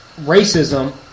racism